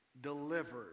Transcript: delivered